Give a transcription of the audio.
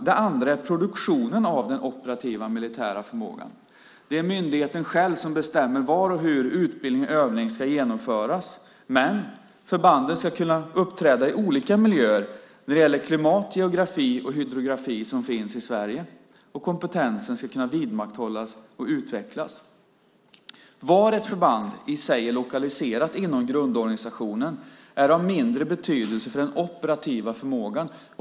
Det andra är produktionen av den operativa militära förmågan. Det är myndigheten själv som bestämmer var och hur utbildning och övning ska genomföras, men förbanden ska kunna uppträda i olika miljöer när det gäller klimat, geografi och hydrografi som finns i Sverige. Och kompetensen ska kunna vidmakthållas och utvecklas. Var ett förband i sig är lokaliserat inom grundorganisationen är av mindre betydelse för den operativa förmågan.